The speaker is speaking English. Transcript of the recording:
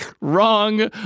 wrong